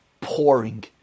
pouring